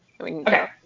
Okay